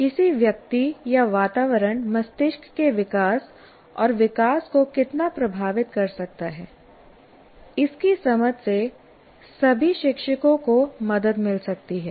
किसी व्यक्ति का वातावरण मस्तिष्क के विकास और विकास को कितना प्रभावित कर सकता है इसकी समझ से सभी शिक्षकों को मदद मिल सकती है